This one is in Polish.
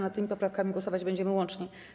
Nad tymi poprawkami głosować będziemy łącznie.